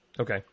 Okay